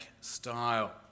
style